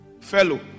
fellow